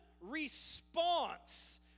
response